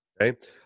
okay